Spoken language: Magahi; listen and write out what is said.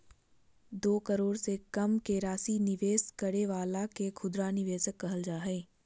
दो करोड़ से कम के राशि निवेश करे वाला के खुदरा निवेशक कहल जा हइ